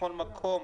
בכל מקום,